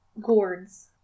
gourds